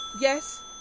Yes